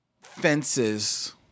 Fences